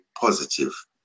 positive